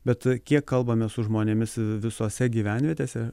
bet kiek kalbame su žmonėmis visose gyvenvietėse